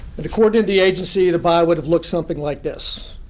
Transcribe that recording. and according to the agency, the buy would have looked something like this.